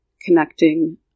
connecting